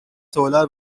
solar